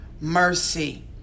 mercy